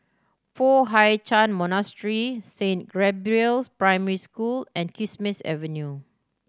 Foo Hai Ch'an Monastery Saint Gabriel's Primary School and Kismis Avenue